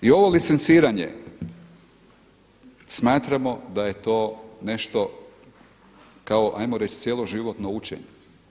I ovo licenciranje smatramo da je to nešto kao hajmo reći cjeloživotno učenje.